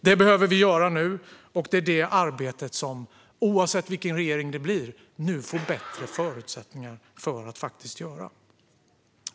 Det behöver vi göra nu, och det är det arbetet som vi nu - oavsett vilken regering det blir - får bättre förutsättningar att göra.